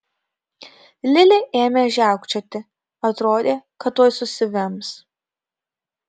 lili ėmė žiaukčioti atrodė kad tuoj susivems